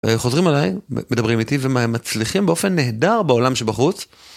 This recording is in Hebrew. חוזרים עליי, מדברים איתי ומצליחים באופן נהדר בעולם שבחוץ.